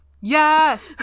yes